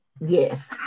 yes